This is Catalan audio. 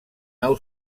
nau